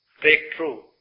breakthrough